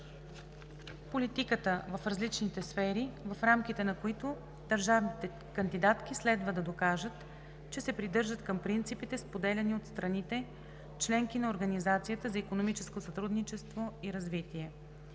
политиката в различните сфери, в рамките на които държавите кандидатки следва да докажат, че се придържат към принципите, споделяни от страните – членки на Организацията за икономическо сътрудничество и развитие.